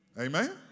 amen